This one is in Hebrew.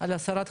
על הסרת חסינות.